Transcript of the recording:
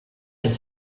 lès